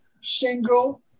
single